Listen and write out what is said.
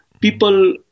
people